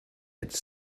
its